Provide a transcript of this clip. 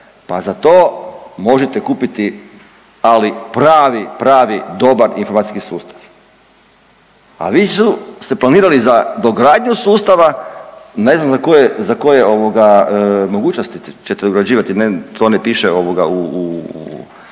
pa za to možete kupiti, ali pravi, pravi, dobar informacijski sustav, a vi ste planirali za dogradnju sustava, ne znam za koje, za koje ovoga mogućnosti ćete ugrađivati, ne, to ne piše